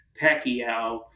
Pacquiao